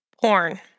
porn